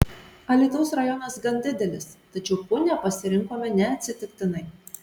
alytaus rajonas gan didelis tačiau punią pasirinkome neatsitiktinai